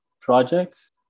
projects